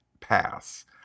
pass